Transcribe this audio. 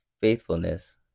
faithfulness